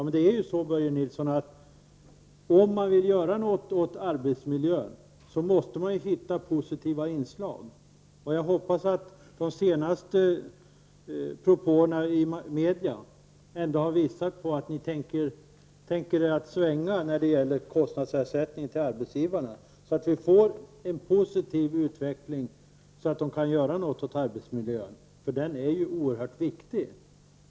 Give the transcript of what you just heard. Men det är ju så, Börje Nilsson, att om man vill göra någonting åt arbetsmiljön måste man hitta positiva inslag. Jag hoppas att de senaste propåerna i media ändå har visat att ni tänker er att svänga när det gäller kostnadsersättningen till arbetsgivarna, så att vi får en positiv utveckling och så att de kan göra någonting åt arbetsmiljön — den är ju oerhört viktig.